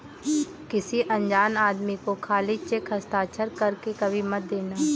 किसी अनजान आदमी को खाली चेक हस्ताक्षर कर के कभी मत देना